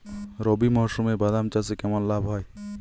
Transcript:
রবি মরশুমে বাদাম চাষে কেমন লাভ হয়?